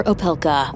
Opelka